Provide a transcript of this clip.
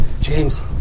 James